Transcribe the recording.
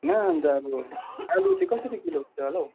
होइन अन्त अब आलु चाहिँ कसरी किलो हुन्छ होला हौ